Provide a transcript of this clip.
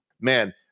man